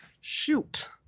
shoot